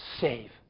save